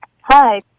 Hi